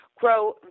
grow